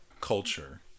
culture